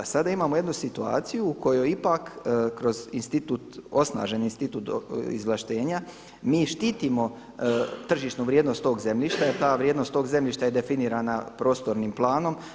Sada imamo jednu situaciju u kojoj ipak kroz institut, osnaženi institut izvlaštenja mi štitimo tržišnu vrijednost tog zemljišta, jer ta vrijednost tog zemljišta je definira prostornim planom.